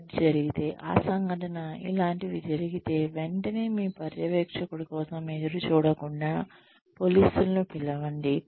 Z జరిగితే ఆ సంఘటన ఇలాంటివి జరిగితే వెంటనే మీ పర్యవేక్షకుడి కోసం ఎదురుచూడకుండా పోలీసులను పిలవండి